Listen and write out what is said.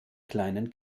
kleinen